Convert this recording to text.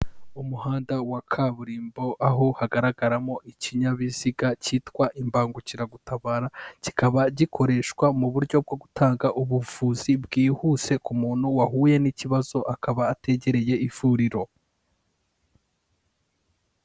Umuhanda wa kaburimbo aho hagaragaramo ikinyabiziga cyitwa imbangukiragutabara, kikaba gikoreshwa mu buryo bwo gutanga ubuvuzi bwihuse ku muntu wahuye n'ikibazo akaba ategereye ivuriro.